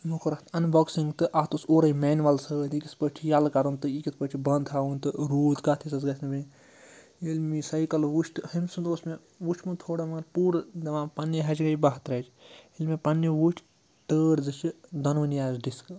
یِمو کوٚر اَتھ اَنبوکسِنٛگ تہٕ اَتھ اوس اورے مینول سۭتۍ یہِ کِتھ پٲٹھۍ چھِ یَیٛلہٕ کَرُن تہٕ یہِ کِتھ پٲٹھۍ چھُ بنٛد تھاوُن تہٕ روٗد کَتھ حِصص گژھِ نہٕ مےٚ ییٚلہِ مےٚ یہِ سایکَل وُچھ تہٕ ہُمۍ سُنٛد اوس مےٚ وُچھمُت تھوڑا مگر پوٗرٕ دَپان پنٛنہِ ہَچہِ گٔے بَہہ ترٛچہِ ییٚلہِ مےٚ پنٛنہِ وُچھ ٹٲر زٕ چھِ دۄنوٕنی آسہِ ڈِسکہٕ